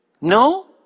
no